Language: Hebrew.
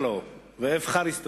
(אומר דברים ביוונית.)